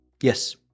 Yes